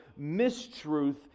mistruth